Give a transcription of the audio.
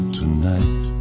tonight